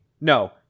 No